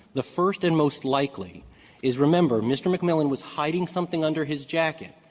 the first and most likely is, remember, mr. mcmillan was hiding something under his jacket.